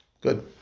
Good